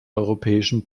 europäischen